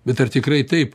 bet ar tikrai taip